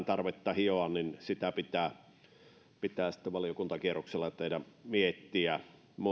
tarvetta hioa pitää pitää sitten valiokuntakierroksella teidän miettiä